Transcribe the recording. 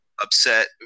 upset